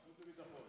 חוץ וביטחון.